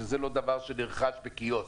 שזה לא דבר שנרכש בקיוסק,